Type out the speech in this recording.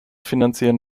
finanzieren